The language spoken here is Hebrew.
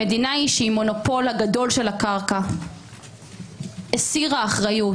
המדינה שהיא המונופול של הקרקע הסירה אחריות.